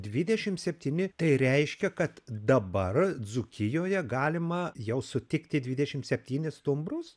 dvidešimt septyni tai reiškia kad dabar dzūkijoje galima jau sutikti dvidešimt stumbrus